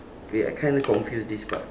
wait I kinda confused this part